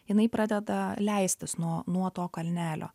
jinai pradeda leistis nuo nuo to kalnelio